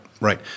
Right